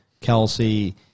Kelsey